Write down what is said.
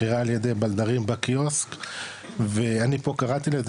מכירה על ידי בלדרים בקיוסק ואני פה קראתי לזה,